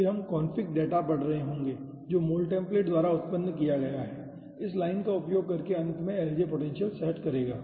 फिर हम config data पढ़ रहे होंगे जो Moltemplate द्वारा उत्पन्न किया गया है इस लाइन का उपयोग करके और अंत में LJ पोटेंशियल सेट करेगा